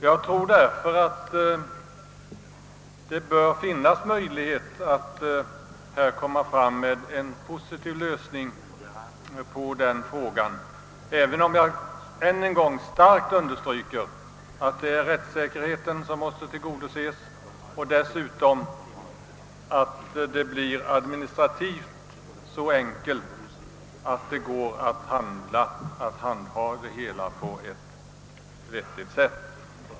Jag tror därför att det finns möjlighet att nå en positiv lösning av frågan, även om jag än en gång starkt vill un derstryka att rättssäkerheten måste tillgodoses och att förfarandet måste göras så enkelt och vettigt som möjligt.